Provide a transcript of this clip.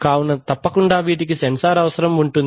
కావున తప్పకుండా వీటికీ సెన్సార్ అవసరం ఉంటుంది